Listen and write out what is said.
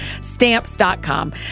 Stamps.com